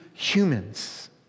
Humans